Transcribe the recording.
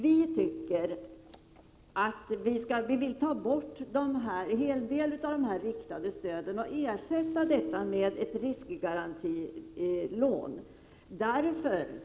Vi tycker att man skall ta bort en hel del av de riktade stöden och ersätta dem med riskgarantilån.